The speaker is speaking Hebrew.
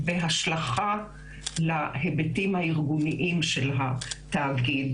בהשלכה להיבטים הארגוניים של התאגיד.